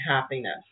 happiness